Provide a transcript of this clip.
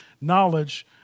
knowledge